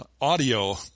audio